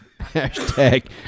Hashtag